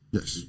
Yes